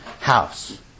house